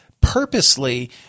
purposely